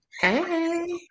Hey